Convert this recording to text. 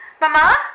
Mama